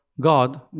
god